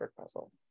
puzzle